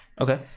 Okay